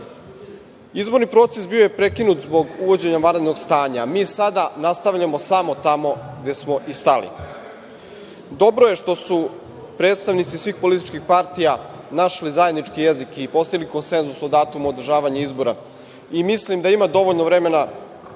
radnji. Izborni proces bio je prekinut zbog uvođenja vanrednog stanja, a mi sada nastavljamo samo tamo gde smo i stali. Dobro je što su predstavnici svih političkih partija našli zajednički jezik i postigli konsenzus o datumu održavanja izbora i mislim da ima dovoljno vremena